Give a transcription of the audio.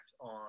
on